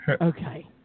Okay